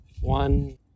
One